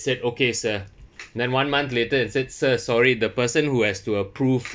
said okay sir then one month later and said sir sorry the person who has to approve